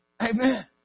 Amen